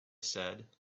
said